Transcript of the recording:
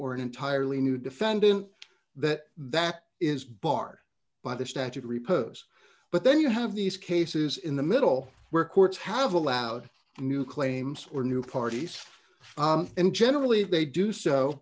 or an entirely new defendant that that is barred by the statute of repose but then you have these cases in the middle where courts have allowed new claims or new parties and generally they do so